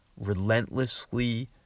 relentlessly